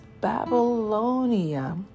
Babylonia